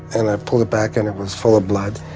and i pulled it back, and it was full of blood.